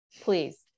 please